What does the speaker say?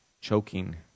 choking